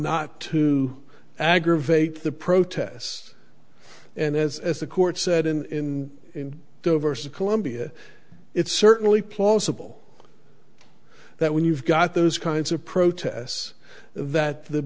not to aggravate the protests and as as the court said in the verse of columbia it's certainly plausible that when you've got those kinds of protests that the